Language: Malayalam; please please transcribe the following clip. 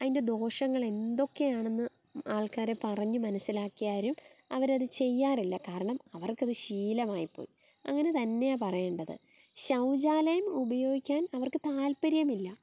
അയിൻ്റെ ദോഷങ്ങൾ എന്തൊക്കെയാണെന്ന് ആൾക്കാരെ പറഞ്ഞ് മനസ്സിലാക്കി ആരും അവരത് ചെയ്യാറില്ല കാരണം അവർക്കത് ശീലമായിപ്പോയി അങ്ങനെ തന്നെയാണ് പറയണ്ടത് ശൗചാലയം ഉപയോഗിക്കാൻ അവർക്ക് താൽപ്പര്യമില്ല